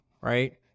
right